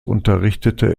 unterrichtete